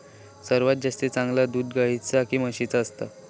सर्वात जास्ती चांगला दूध गाईचा की म्हशीचा असता?